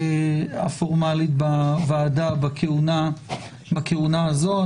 הפורמלית, בוועדה בכהונה הזו.